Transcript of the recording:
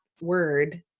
word